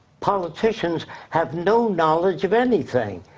politicians have no knowledge of anything.